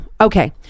Okay